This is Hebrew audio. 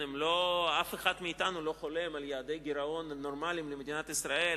אף אחד מאתנו לא חולם על יעדי גירעון נורמליים למדינת ישראל.